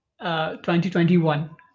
2021